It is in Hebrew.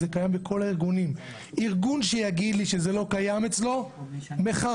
זה קיים בכל הארגונים: ארגון שיגיד לי שזה לא קיים אצלו מחרטט.